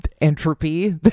entropy